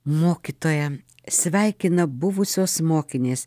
mokytoją sveikina buvusios mokinės